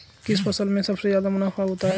किस फसल में सबसे जादा मुनाफा होता है?